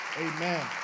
Amen